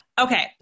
okay